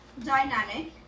dynamic